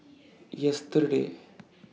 yesterday